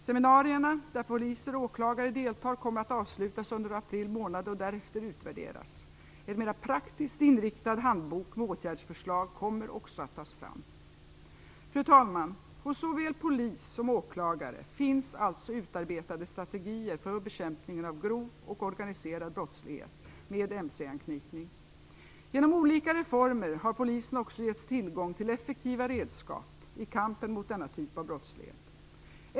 Seminarierna, där poliser och åklagare deltar, kommer att avslutas under april månad och därefter utvärderas. En mera praktiskt inriktad handbok med åtgärdsförslag kommer också att tas fram. Fru talman! Hos såväl polis som åklagare finns alltså utarbetade strategier för bekämpning av grov och organiserad brottslighet med mc-anknytning. Genom olika reformer har polisen också getts tillgång till effektiva redskap i kampen mot denna typ av brottslighet.